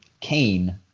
Cain